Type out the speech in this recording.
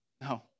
No